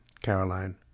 Caroline